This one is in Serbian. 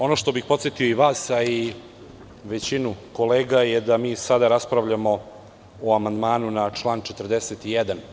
Ono što bih podsetio i vas i većinu kolega je da sada raspravljamo o amandmanu na član 41.